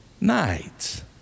nights